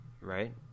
right